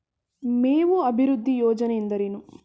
ಮೇವು ಅಭಿವೃದ್ಧಿ ಯೋಜನೆ ಎಂದರೇನು?